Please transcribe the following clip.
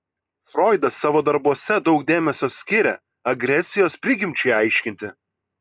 froidas savo darbuose daug dėmesio skiria agresijos prigimčiai aiškinti